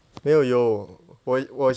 没有有我我有